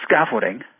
scaffolding